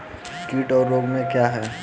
कीट और रोग क्या हैं?